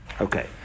Okay